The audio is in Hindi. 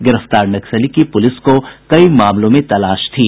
गिरफ्तार नक्सली की पुलिस को कई मामले में तलाश थी